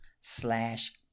slash